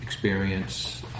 experience